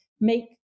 make